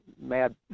mad